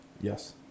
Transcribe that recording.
Yes